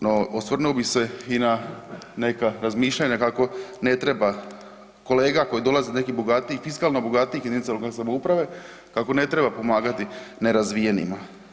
No, osvrnuo bih se i na neka razmišljanja kako ne treba kolega koji dolaze iz nekih fiskalno bogatijih jedinica lokalne samouprave kako ne treba pomagati nerazvijenima.